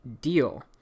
deal